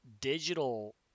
digital